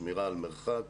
שמירה על מרחק,